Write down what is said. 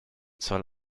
zoll